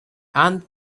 and